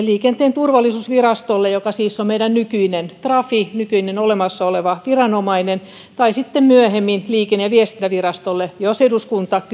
liikenteen turvallisuusvirastolle joka siis on meidän nykyinen trafi nykyinen olemassa oleva viranomainen tai sitten myöhemmin liikenne ja viestintävirastolle jos eduskunta kyseisen